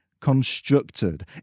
constructed